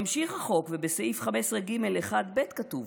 ממשיך החוק ובסעיף 15(ג)(1)(ב) כתוב: